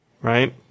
Right